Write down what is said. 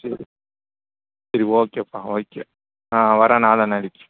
சரி சரி ஓகேப்பா ஓகே ஆ வரேன் நாலா நாளைக்கு